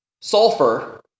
sulfur